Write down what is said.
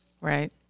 Right